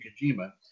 Kojima